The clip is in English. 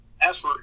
effort